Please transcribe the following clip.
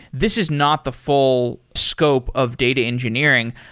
this is not the full scope of data engineering.